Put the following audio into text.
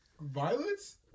violence